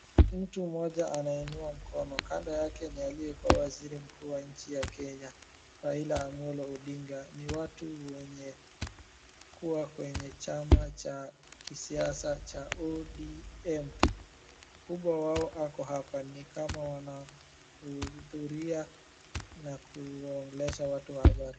Mtu mmoja anainua mkono, kando yake ni aliyekuwa waziri mkuu wa nchi ya Kenya Raila Amollo Odinga, ni watu wenye kuwa kwenye chama cha kisiasa cha ODM. Mkubwa wao ako hapa ni kama wanahudhuria na kuongelesha watu wa habari.